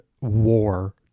war